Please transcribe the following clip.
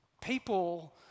people